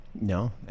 No